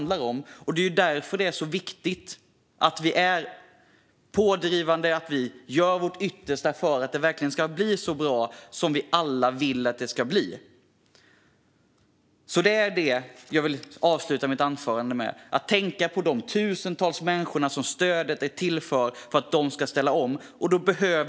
Därför är det så viktigt att vi driver på och gör vårt yttersta för att det verkligen ska bli så bra som vi alla vill. Jag vill avsluta mitt anförande med uppmaningen att man måste tänka på de tusentals människor som stödet är till för så att de kan ställa om.